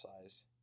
size